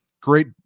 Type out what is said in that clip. great